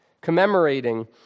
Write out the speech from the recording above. commemorating